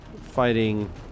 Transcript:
fighting